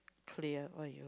clear